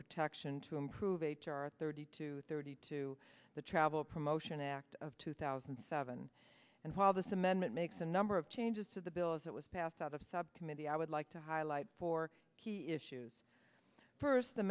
protection to improve h r thirty two thirty two the travel promotion act of two thousand and seven and while this amendment makes a number of changes to the bill as it was passed out of the subcommittee i would like to highlight four key issues first the